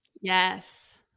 Yes